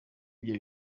ibyo